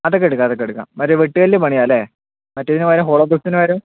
അതൊക്കെ എടുക്കാം അതൊക്കെ എടുക്കാം മറ്റേ വെട്ടുകല്ലിൽ പണിയാം അല്ലേ മറ്റേതിനു പകരം ഹോളോബ്രിക്സിനു പകരം